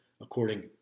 according